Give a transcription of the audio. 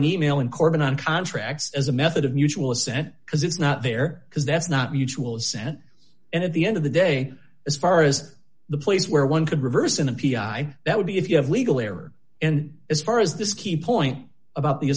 e mail in corba non contract as a method of mutual assent because it's not there because that's not mutual sent and at the end of the day as far as the place where one could reverse in a p i that would be if you have legal error and as far as this key point about the